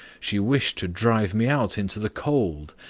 she wished to drive me out into the cold,